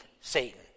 Satan